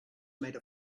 made